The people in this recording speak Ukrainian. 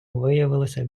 виявилося